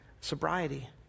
sobriety